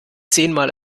zehnmal